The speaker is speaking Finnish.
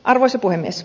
arvoisa puhemies